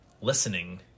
listening